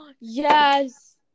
Yes